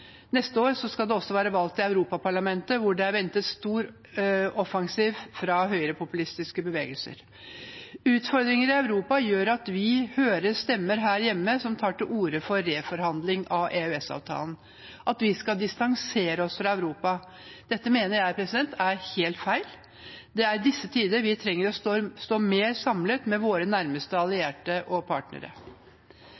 neste år skal det være valg til Europaparlamentet, der det er ventet en stor offensiv fra høyrepopulistiske bevegelser. Utfordringer i Europa gjør at vi hører stemmer her hjemme som tar til orde for en reforhandling av EØS-avtalen, at vi skal distansere oss fra Europa. Dette mener jeg er helt feil. Det er i disse tider vi trenger å stå mer samlet med våre nærmeste